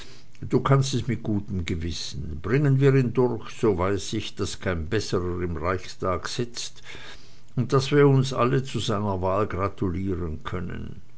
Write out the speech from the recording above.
du kannst es mit gutem gewissen bringen wir ihn durch so weiß ich daß kein besserer im reichstag sitzt und daß wir uns alle zu seiner wahl gratulieren können